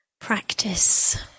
practice